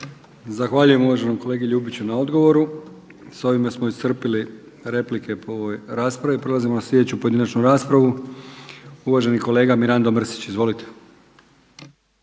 Zahvaljujem uvaženom kolegi Ljubiću na odgovoru. Sa ovime smo iscrpili replike po ovoj raspravi. Prelazimo na sljedeću pojedinačnu raspravu. Uvaženi kolega Mirando Mrsić. Izvolite.